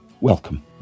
Welcome